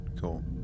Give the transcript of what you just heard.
Cool